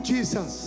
Jesus